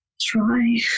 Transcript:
try